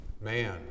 man